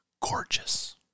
Gorgeous